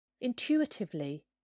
Intuitively